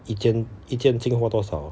一件一件进货多少